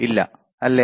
ഇല്ല അല്ലേ